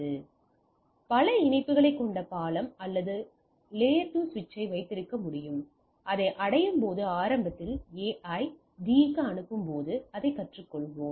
எனவே பல இணைப்புகளைக் கொண்ட பாலம் அல்லது அடுக்கு 2 சுவிட்சை வைத்திருக்க முடியும் அதை அடையும்போது ஆரம்பத்தில் A ஐ D க்கு அனுப்பும்போது அதைக் கற்றுக்கொள்வோம்